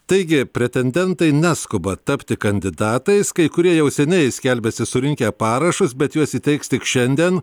taigi pretendentai neskuba tapti kandidatais kai kurie jau seniai skelbiasi surinkę parašus bet juos įteiks tik šiandien